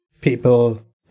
people